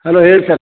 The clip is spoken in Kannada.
ಹಲೋ ಹೇಳಿ ಸರ್